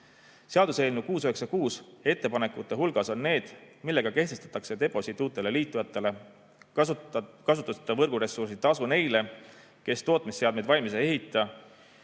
Seaduseelnõu 696 ettepanekute hulgas on need, millega kehtestatakse deposiit uutele liitujatele ja kasutatava võrguressursi tasu neile, kes tootmisseadmeid valmis ei ehita,